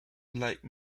like